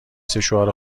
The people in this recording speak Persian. سشوار